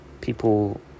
people